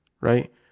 right